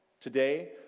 today